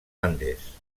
andes